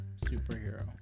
Superhero